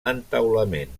entaulament